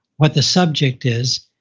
what the subject is,